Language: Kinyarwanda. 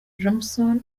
johnson